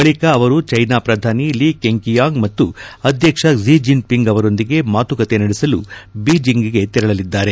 ಬಳಿಕ ಅವರು ಚೀನಾ ಪ್ರಧಾನಿ ಲಿ ಕೆಂಖಿಯಾಂಗ್ ಮತ್ತು ಅಧ್ಯಕ್ಷ ಕ್ಷಿ ಜಿನ್ ಪಿಂಗ್ ಅವರೊಂದಿಗೆ ಮಾತುಕತೆ ನಡೆಸಲು ಬೀಜೆಂಗ್ಗೆ ತೆರಳಲಿದ್ದಾರೆ